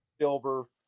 silver